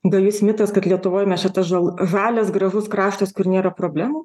gajus mitas kad lietuvoj mes čia ta žal žalias gražus kraštas kur nėra problemų